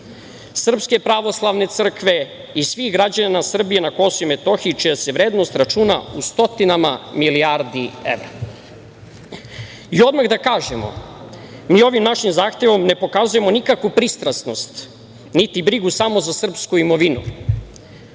Srpske pravoslavne crkve i svih građana Srbije na Kosovu i Metohiji čija se vrednost računa u stotinama milijardi evra. I odmah da kažemo, mi ovim našim zahtevom ne pokazujemo nikakvu pristrasnost, niti brigu samo za srpsku imovinu,